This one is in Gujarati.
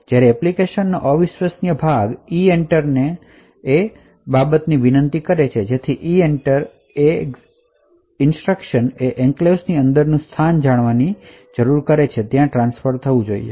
જ્યારે એપ્લિકેશન નો અવિશ્વસનીય ભાગ EENTER ની વિનંતી કરે છે ત્યારે અમુક બાબતો નક્કી થવી જોઈએ EENTER સૂચના ને એન્ક્લેવ્સ ની અંદરનું સ્થાન કે જ્યાં ટ્રાન્સફર થવું છે તે જાણવાની જરૂર છે